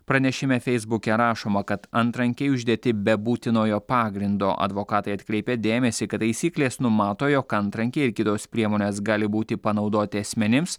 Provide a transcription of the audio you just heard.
pranešime feisbuke rašoma kad antrankiai uždėti be būtinojo pagrindo advokatai atkreipė dėmesį kad taisyklės numato jog antrankiai ir kitos priemonės gali būti panaudoti asmenims